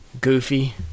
Goofy